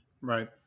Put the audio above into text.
Right